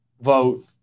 vote